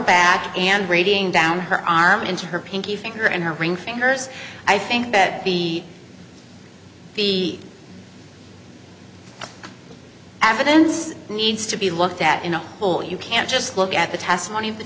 back and braiding down her arm into her pinky finger and her ring fingers i think that the the evidence needs to be looked at in a whole you can't just look at the testimony